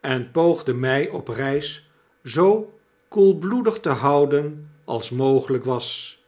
en poogde my op reis zoo koelbloedig te houden als mogelyk was